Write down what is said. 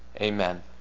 Amen